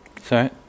Sorry